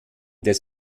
des